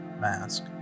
mask